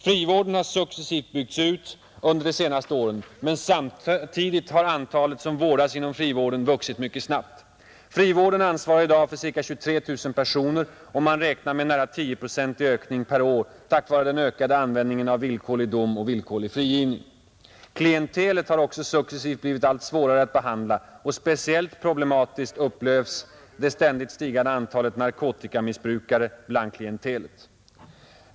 Frivården har successivt byggts ut under de senaste åren, men samtidigt har antalet som vårdas inom frivården vuxit mycket snabbt. Frivården ansvarar i dag för ca 23 000 personer, och man räknar med en nära 10-procentig ökning per år tack vare den ökade användningen av villkorlig dom och villkorlig frigivning. Klientelet har också successivt blivit allt svårare att behandla, och speciellt problematiskt upplevs det ständigt stigande antalet narkotikamissbrukare bland klientelet.